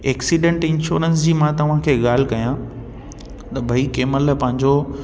accident insurance जी मां तव्हांखे ॻाल्हि कयां त भई कंहिंमहिल पंहिंजो